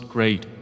Great